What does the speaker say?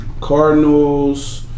Cardinals